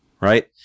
Right